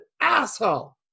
asshole